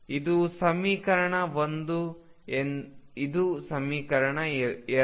ಇದು ಸಮೀಕರಣ 1 ಇದು ಸಮೀಕರಣ 2